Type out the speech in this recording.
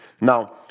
Now